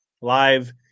live